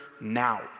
now